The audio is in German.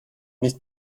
nicht